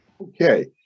Okay